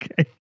Okay